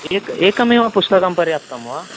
एक एकमेव पुस्तकं पर्याप्तं वा